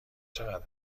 چقدر